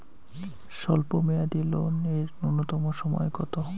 স্বল্প মেয়াদী লোন এর নূন্যতম সময় কতো?